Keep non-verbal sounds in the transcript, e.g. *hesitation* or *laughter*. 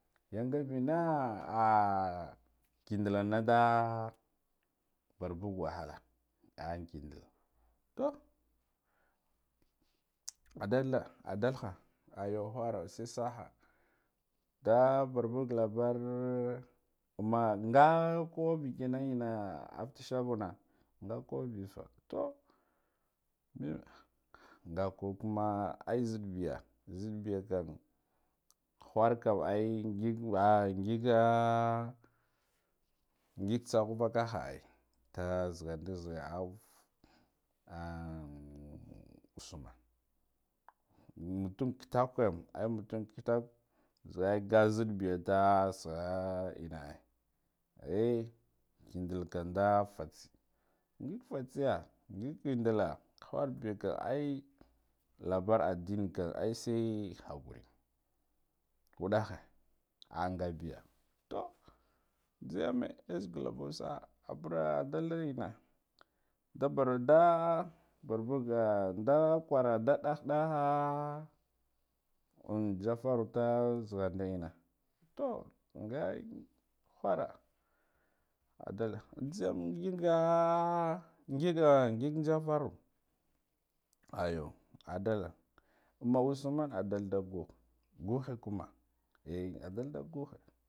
Yanga bena *hesitation* kindalla nda barbuga wahala an kindal, toh adalda adaha aya khara sai saha nda barbuga labar amma nga kubba bekena ofka shaga enna nga kubba befa toh nga kubb kuma ai nzidda biya nzidd biyakam khurkum ai, ngig ngiga ngig tsakhan vakaha ai nda zekhandi zekha au an usmana mutum kitakure ai mu tam kitakure nga nzidda biya mela saha enna ai eh kindal kam ndlu fatse ngig fatsiya, ngig kindalla kharbiya kam ai labar adine kamai sai eh hakure waddahe ah ngabiya toh nzeyame yazegaka ba sa'a abura dalda enna dabar nda barbuga nda kara da duha daha an safaru ta nzenhanda enna, toh nga in khura adal nzoyam ngiga ngiga ngig jafaru ayu udaka una usman abdallah gukha ngaha kuma